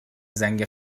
زنگ